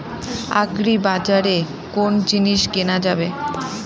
আগ্রিবাজারে কোন জিনিস কেনা যাবে?